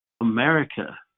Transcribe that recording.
America